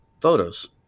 photos